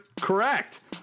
Correct